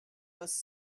was